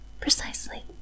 Precisely